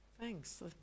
Thanks